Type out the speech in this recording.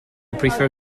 prefer